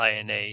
INA